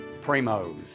Primo's